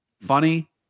funny